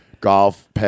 golf